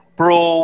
pro